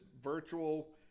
virtual